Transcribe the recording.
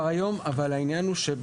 אבל העניין הוא,